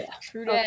True